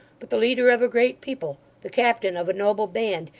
but the leader of a great people, the captain of a noble band,